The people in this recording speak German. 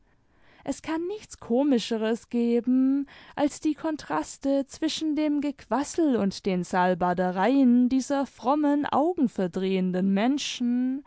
es kann nichts komischeres geben als die kontraste zwischen dem gequassel und den salbadereien dieser frommen augenverdrehenden menschen